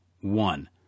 one